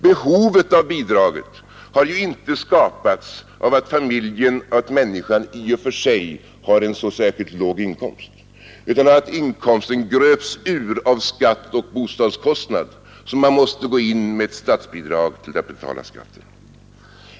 Behovet av bidragen har ju inte skapats av att familjer, att människor, i och för sig har en så särskilt låg inkomst utan av att inkomsten gröps ur av skatt och bostadskostnad, så att man måste gå in med statsbidrag för att familjerna skall kunna betala skatten.